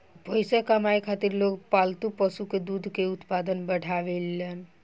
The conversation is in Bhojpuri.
पइसा कमाए खातिर लोग पालतू पशु के दूध के उत्पादन बढ़ावेलन